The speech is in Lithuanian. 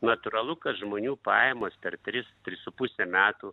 natūralu kad žmonių pajamos per tris tris su puse metų